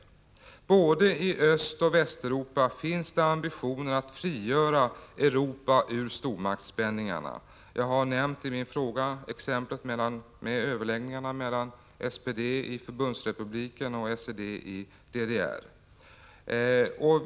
I både Östoch Västeuropa finns det ambitioner att frigöra Europa ur stormaktsspänningarna. Jag har i min fråga som ett exempel nämnt överläggningarna mellan SPD i Förbundsrepubliken och SED i DDR.